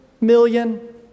million